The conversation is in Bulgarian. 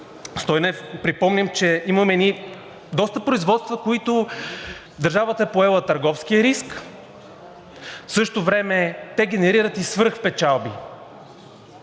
Стойнев, припомням, че имаме едни доста производства, в които държавата е поела търговския риск, а в същото време те генерират и свръхпечалби.